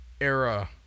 era